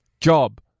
Job